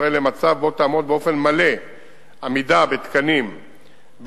ישראל למצב שבו תעמוד באופן מלא בתקנים בין-לאומיים,